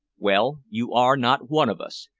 well, you are not one of us,